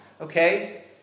Okay